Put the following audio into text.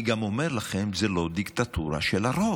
אני גם אומר לכם: זו לא דיקטטורה של הרוב.